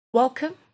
Welcome